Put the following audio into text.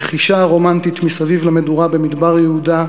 הלחישה הרומנטית מסביב למדורה במדבר יהודה: